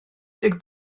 deg